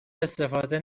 استفاده